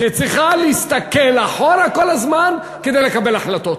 שצריכים להסתכל אחורה כל הזמן כדי לקבל החלטות.